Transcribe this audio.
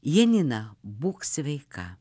janina būk sveika